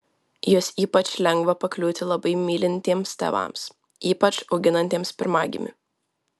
į juos ypač lengva pakliūti labai mylintiems tėvams ypač auginantiems pirmagimį